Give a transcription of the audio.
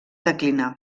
declinar